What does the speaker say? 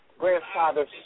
Grandfather's